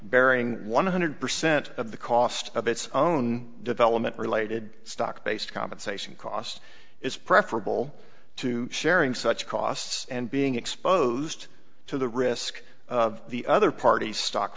bearing one hundred percent of the cost of its own development related stock based compensation costs is preferable to sharing such costs and being exposed to the risk of the other party stock